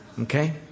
Okay